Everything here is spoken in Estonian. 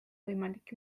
võimalik